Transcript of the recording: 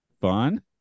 fun